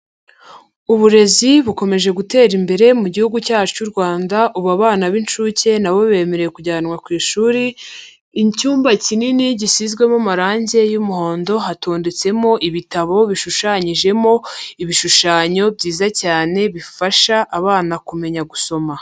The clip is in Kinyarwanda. Uburezi bukomeje gutera imbere mu gihugu cyacu cy'u Rwanda, ubu abana b'incuke nabo bemerewe kujyanwa ku ishuri, icyumba kinini gisizwemo amarangi y'umuhondo, hatondetsemo ibitabo bishushanyijemo ibishushanyo byiza cyane bifasha abana kumenya gusoma.